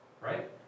right